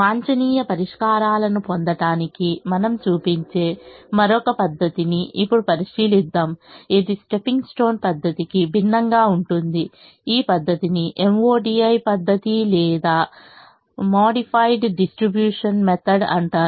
వాంఛనీయ పరిష్కారాలను పొందడానికి మనము చూపించే మరొక పద్ధతిని ఇప్పుడు పరిశీలిద్దాము ఇది స్టెప్పింగ్ స్టోన్ పద్ధతికి భిన్నంగా ఉంటుంది ఈ పద్ధతిని మోడి పద్ధతి లేదా మోడిఫైడ్ డిస్ట్రిబ్యూషన్ మెథడ్ అంటారు